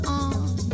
on